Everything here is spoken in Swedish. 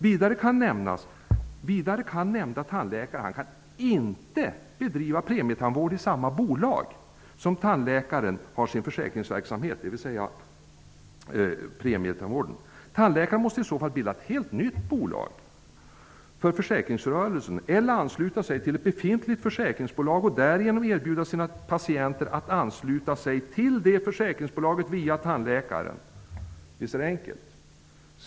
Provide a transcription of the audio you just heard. Vidare kan nämnda tandläkare inte bedriva premietandvård i samma bolag där han har sin försäkringsverksamhet, dvs. premietandvård. Tandläkaren måste i så fall bilda ett nytt bolag för försäkringsrörelsen eller ansluta sig till ett befintligt försäkringsbolag och därigenom erbjuda sina patienter att ansluta sig till det försäkringsbolaget via tandläkaren. Visst är det enkelt!